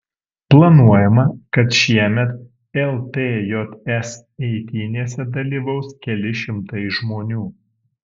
planuojama kad šiemet ltjs eitynėse dalyvaus keli šimtai žmonių